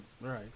Right